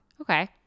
okay